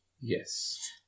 Yes